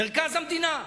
מרכז המדינה.